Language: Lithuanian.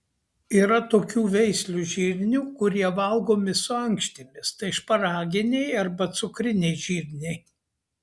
yra tokių veislių žirnių kurie valgomi su ankštimis tai šparaginiai arba cukriniai žirniai